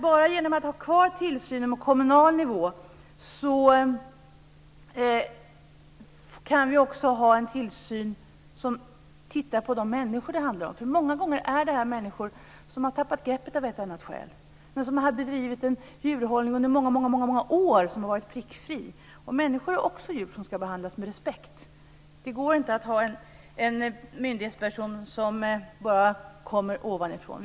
Bara genom att ha kvar tillsynen på kommunal nivå kan vi också få en tillsyn som ser till de människor det handlar om. Många gånger är det människor som av ett eller annat skäl har tappat greppet. De har bedrivit en djurhållning under många år som har varit prickfri. Människor är också djur som ska behandlas med respekt. Det går inte att ha en myndighetsperson som kommer uppifrån.